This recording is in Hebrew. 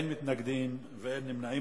אין מתנגדים ואין נמנעים.